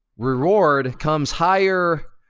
reward comes higher,